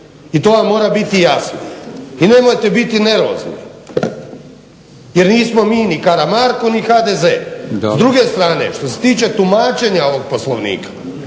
I to vam mora biti jasno. I nemojte biti nervozni. Jer nismo mi ni Karamarko ni HDZ. S druge strane, što se tiče tumačenja ovog Poslovnika,